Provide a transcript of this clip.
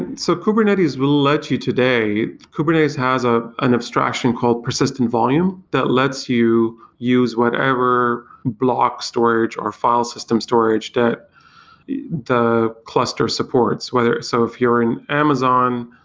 and so kubernetes will let you today kubernetes has ah an abstraction called persistent volume that lets you use whatever block storage or file system storage that the the cluster supports. so if you're in amazon,